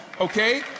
Okay